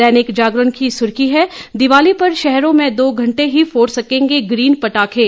दैनिक जागरण की सुर्खी है दीवाली पर शहरों में दो घंटे ही फोड़ सकेंगे ग्रीन पटाखे